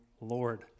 Lord